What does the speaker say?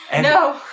No